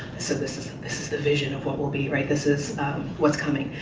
so this is this is the vision of what will be, right, this is what's coming.